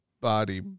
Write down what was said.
body